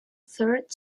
third